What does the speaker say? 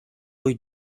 poi